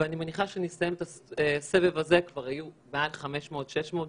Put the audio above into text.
ואני מניחה שנסיים את הסבב הזה עם מעל 500 600,